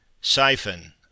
Siphon